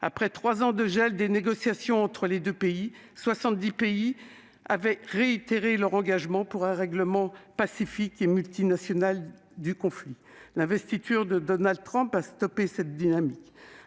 Après trois ans de gel des négociations entre les deux parties, soixante-dix pays avaient réitéré leur engagement pour un règlement pacifique et multilatéral du conflit. L'investiture de Donald Trump a stoppé cette dynamique.